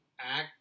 act